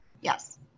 Yes